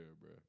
bro